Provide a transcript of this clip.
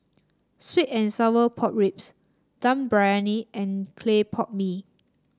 sweet and Sour Pork Ribs Dum Briyani and Clay Pot Mee